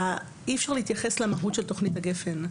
אי אפשר להתייחס למהות של תכנית הגפ"ן.